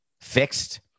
fixed